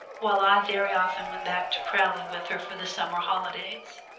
while i very often went back to crowley with her for the summer holidays.